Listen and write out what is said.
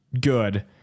good